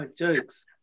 jokes